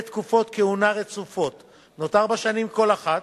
תקופות כהונה רצופות בנות ארבע שנים כל אחת,